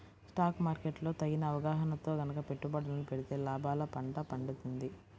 stock market లో తగిన అవగాహనతో గనక పెట్టుబడులను పెడితే లాభాల పండ పండుతుంది